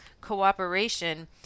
cooperation